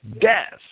death